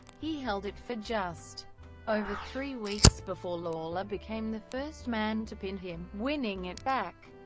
he held it for just over three weeks before lawler became the first man to pin him, winning it back.